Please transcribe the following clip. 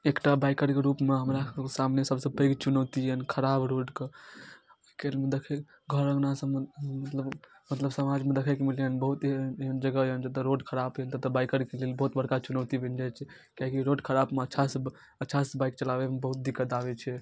एकटा बाइकरके रूपमे हमरा सबके सामने सबसँ पैघ चुनौती यऽ खराब रोडके केर देखैत घर अङ्गना सबमे मतलब मतलब समाजमे देखैके बहुत एहन जगह यऽ जतऽ रोड खराब अइ ततऽ बाइकरके लेल बहुत बड़का चुनौती बनि जाइ छै किएक कि रोड खरापमे अच्छासँ अच्छासँ बाइक चलाबैमे बहुत दिक्कत आबै छै